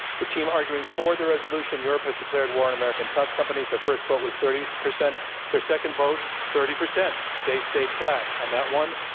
the team arguing for the resolution europe has declared war on american tech companies, their first vote was thirty percent their second vote, thirty percent. they stayed flat on that one.